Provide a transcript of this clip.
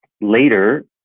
later